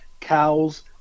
cows